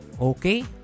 Okay